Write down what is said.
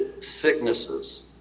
sicknesses